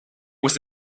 was